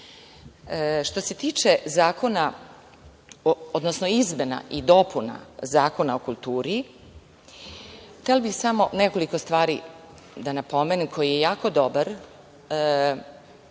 se tiče izmena i dopuna Zakona o kulturi, htela bih samo nekoliko stvari da napomenem, koji je jako dobar